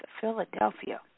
Philadelphia